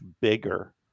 bigger